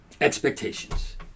Expectations